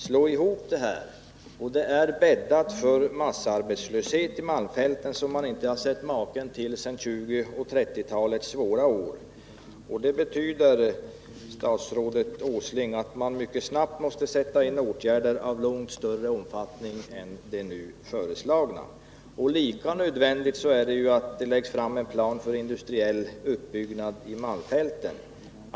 Slår man ihop det här, finner man att det är bäddat för en massarbetslöshet i malmfälten som man inte sett maken till sedan 1920 och 1930-talens svåra år. Det betyder, statsrådet Åsling, att man mycket snabbt måste sätta in åtgärder av långt större omfattning än de nu föreslagna. Lika nödvändigt är det att det läggs fram en plan för industriell uppbyggnad i malmfälten.